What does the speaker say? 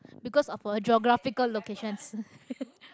because of our geographical locations